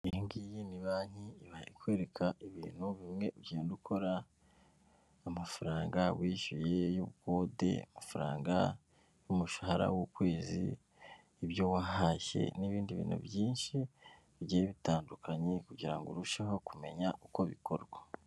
Iyingiyi ni banki iba ikwereka ibintu bimwe ugenda ukora, amafaranga wishyuye y'ubukode, amafaranga y'umushahara w'ukwezi, ibyo wahashye n'ibindi bintu byinshi bigiye bitandukanye, kugira ngo urusheho kumenya uko bikorwa.